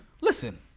listen